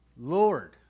Lord